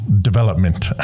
Development